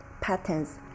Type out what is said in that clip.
patterns